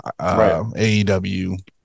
aew